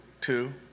two